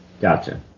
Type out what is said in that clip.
Gotcha